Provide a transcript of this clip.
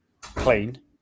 clean